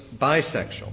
bisexual